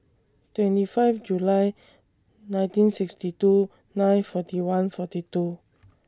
twenty five July nineteen sixty two nine forty one forty two